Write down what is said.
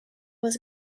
was